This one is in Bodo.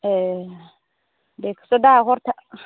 ए बेखोसोदा